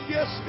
Yes